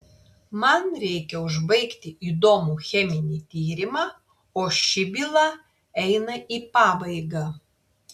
man reikia užbaigti įdomų cheminį tyrimą o ši byla eina į pabaigą